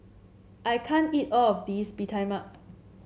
I can't eat all of this Bee Tai Mak